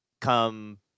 come